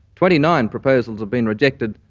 twenty nine proposals have been rejected,